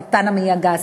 סרטן המעי הגס,